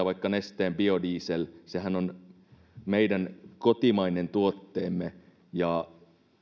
vaikka nesteen biodieseliä sehän on meidän kotimainen tuotteemme ja